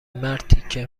مرتیکه